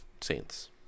Saints